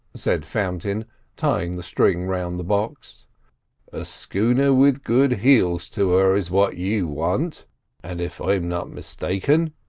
said fountain tying the string round the box a schooner with good heels to her is what you want and, if i'm not mistaken,